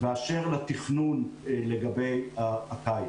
באשר לתכנון לגבי הקיץ.